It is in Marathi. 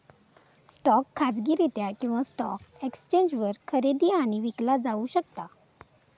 स्टॉक खाजगीरित्या किंवा स्टॉक एक्सचेंजवर खरेदी आणि विकला जाऊ शकता